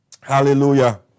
Hallelujah